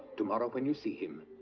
tomorrow when you see him,